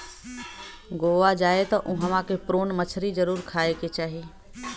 गोवा जाए त उहवा के प्रोन मछरी जरुर खाए के चाही